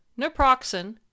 naproxen